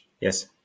Yes